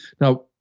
Now